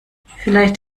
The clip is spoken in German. vielleicht